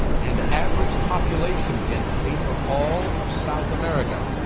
and average population density for all of south america,